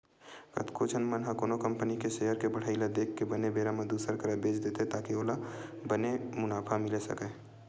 कतको झन मन ह कोनो कंपनी के सेयर के बड़हई ल देख के बने बेरा म दुसर करा बेंच देथे ताकि बने ओला मुनाफा मिले सकय